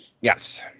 yes